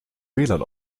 wlan